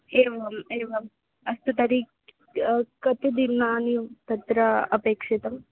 एवम् एवम् अस्तु तर्हि कति दिनानि तत्र अपेक्षितानि